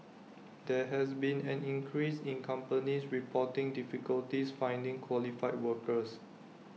there has been an increase in companies reporting difficulties finding qualified workers